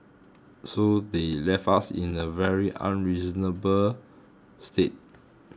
so they left us in a very unreasonable state